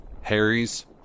Harry's